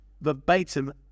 verbatim